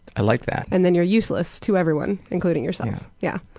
i like that. and then you're useless to everyone, including yourself. yeah.